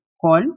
call